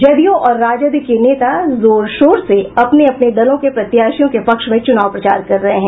जदयू और राजद के नेता जोर शोर से अपने अपने दलों के प्रत्याशियों के पक्ष में चुनाव प्रचार कर रहे हैं